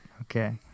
okay